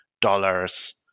dollars